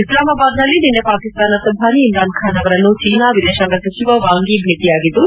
ಇಸ್ಲಾಮಾಬಾದ್ನಲ್ಲಿ ನಿನ್ನೆ ಪಾಕಿಸ್ತಾನ ಪ್ರಧಾನಿ ಇಮ್ರಾನ್ ಖಾನ್ ಅವರನ್ನು ಚೈನಾ ವಿದೇತಾಂಗ ಸಚಿವ ವಾಂಗ್ ಯಿ ಭೇಟಿಯಾಗಿದ್ದು